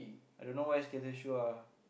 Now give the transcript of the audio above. I don't know why skater shoes ah